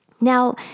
Now